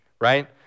right